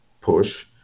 push